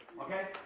Okay